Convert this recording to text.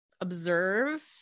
observe